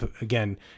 again